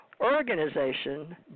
Organization